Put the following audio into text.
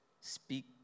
Speak